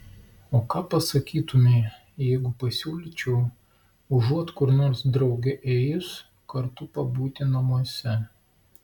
o ką pasakytumei jeigu pasiūlyčiau užuot kur nors drauge ėjus kartu pabūti namuose